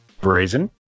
Brazen